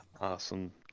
Awesome